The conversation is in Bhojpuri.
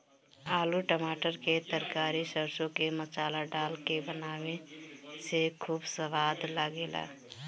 आलू टमाटर के तरकारी सरसों के मसाला डाल के बनावे से खूब सवाद लागेला